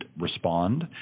respond